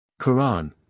Quran